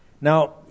Now